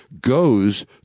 goes